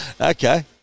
Okay